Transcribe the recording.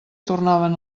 tornaven